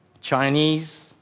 Chinese